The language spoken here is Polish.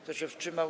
Kto się wstrzymał?